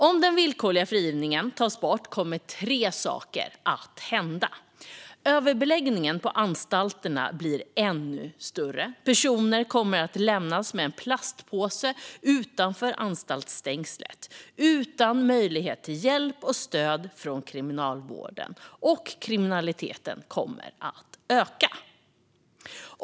Om den villkorliga frigivningen tas bort kommer tre saker att hända: Överbeläggningen på anstalterna blir ännu större. Personer kommer att lämnas med en plastpåse utanför anstaltsstängslet utan möjlighet till hjälp och stöd från Kriminalvården. Och kriminaliteten kommer att öka.